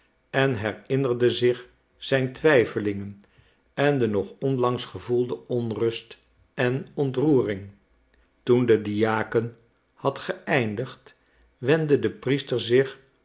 en herinnerde zich zijn twijfelingen en de nog onlangs gevoelde onrust en ontroering toen de diaken had geëindigd wendde de priester zich